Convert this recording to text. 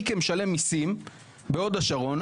אני כמשלם מיסים בהוד השרון,